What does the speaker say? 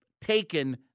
taken